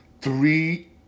three